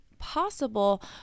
possible